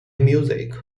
music